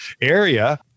area